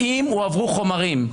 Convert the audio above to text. האם הועברו חומרים?